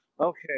Okay